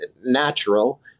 natural